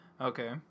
Okay